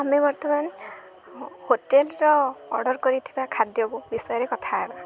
ଆମେ ବର୍ତ୍ତମାନ ହୋଟେଲ୍ର ଅର୍ଡ଼ର୍ କରିଥିବା ଖାଦ୍ୟକୁ ବିଷୟରେ କଥା ହେବା